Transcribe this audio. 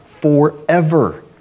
forever